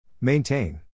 Maintain